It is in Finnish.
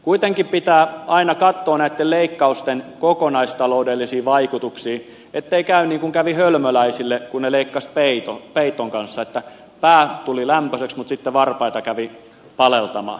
kuitenkin pitää aina katsoa näitten leikkausten kokonaistaloudellisia vaikutuksia ettei käy niin kun kävi hölmöläisille kun ne leikkasivat peiton kanssa että pää tuli lämpöiseksi mutta sitten varpaita kävi paleltamaan